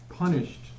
Punished